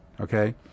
Okay